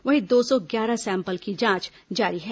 वहीं दो सौ ग्यारह सैंपल की जांच जारी है